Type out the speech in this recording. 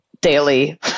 daily